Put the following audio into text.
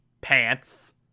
pants